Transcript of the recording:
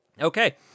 Okay